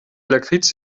lakritz